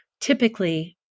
typically